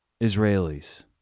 Israelis